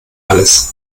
alles